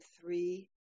three